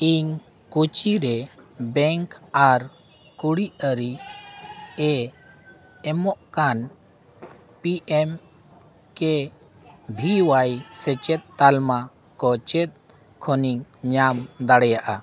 ᱤᱧ ᱠᱚᱪᱤ ᱨᱮ ᱵᱮᱝᱠ ᱟᱨ ᱠᱩᱲᱤ ᱟᱹᱨᱤ ᱮ ᱮᱢᱚᱜ ᱠᱟᱱ ᱯᱤ ᱮᱢ ᱠᱮ ᱵᱷᱤ ᱚᱣᱟᱭ ᱥᱮᱪᱮᱫ ᱛᱟᱞᱢᱟ ᱠᱚ ᱪᱮᱫ ᱠᱷᱚᱱᱤᱧ ᱧᱟᱢ ᱫᱟᱲᱮᱭᱟᱜᱼᱟ